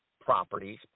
properties